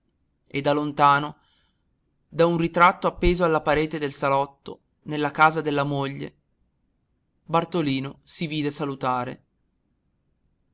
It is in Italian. e da lontano da un ritratto appeso alla parete del salotto nella casa della moglie bartolino si vide salutare